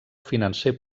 financer